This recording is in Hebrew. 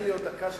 תן לי עוד דקה.